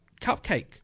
cupcake